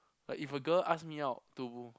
like if a girl ask me out to